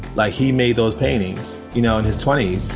like he made those paintings, you know, in his twenty